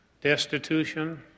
destitution